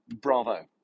bravo